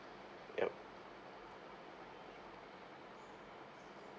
yup